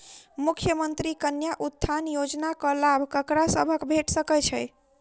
मुख्यमंत्री कन्या उत्थान योजना कऽ लाभ ककरा सभक भेट सकय छई?